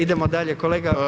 Idemo dalje kolega.